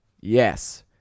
Yes